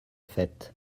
fête